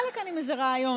בא לפה עם איזה רעיון,